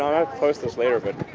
um gonna post this later but.